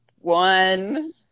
one